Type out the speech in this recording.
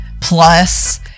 plus